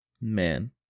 Man